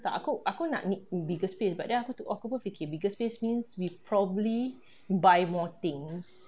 tak aku aku nak need bigger space but then aku pun fikir bigger space means we probably buy more things